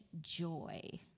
joy